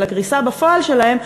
אלא קריסה בפועל שלהם,